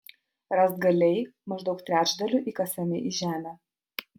rąstgaliai maždaug trečdaliu įkasami į žemę